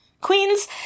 queens